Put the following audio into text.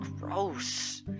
gross